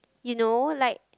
you know like